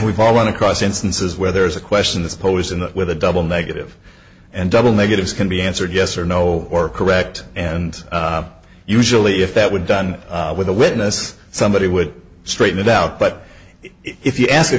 we've all run across instances where there is a question that supposing that with a double negative and double negatives can be answered yes or no or correct and usually if that would done with a witness somebody would straighten it out but if you ask